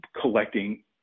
collecting